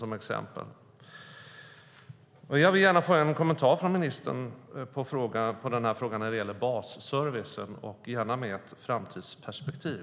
Jag skulle vilja ha en kommentar från ministern på denna fråga när det gäller basservicen och gärna med ett framtidsperspektiv.